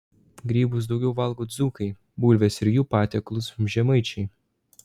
grybus daugiau valgo dzūkai bulves ir jų patiekalus žemaičiai